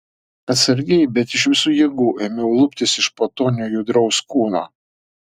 atsargiai bet iš visų jėgų ėmiau luptis iš po to nejudraus kūno